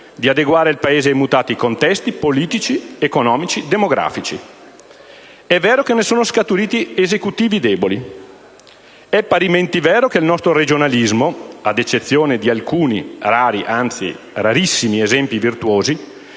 di adeguare il Paese ai mutati contesti politici, economici e demografici. È vero che ne sono scaturiti Esecutivi deboli. È parimenti vero che il nostro regionalismo, ad eccezioni di alcuni rari, anzi rarissimi, esempi virtuosi,